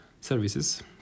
services